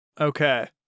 Okay